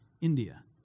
India